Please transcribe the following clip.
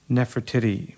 Nefertiti